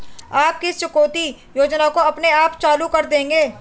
आप किस चुकौती योजना को अपने आप चालू कर देंगे?